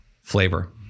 flavor